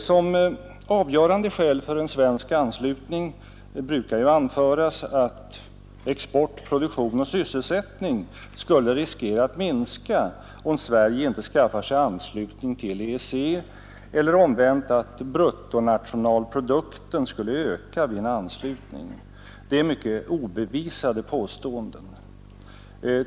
Som avgörande skäl för en svensk anslutning brukar ju anföras att export, produktion och sysselsättning skulle riskera att minska om Sverige icke skaffar sig anslutning till EEC eller omvänt att bruttonationalprodukten skulle öka vid en anslutning. Det är mycket obevisade påståenden.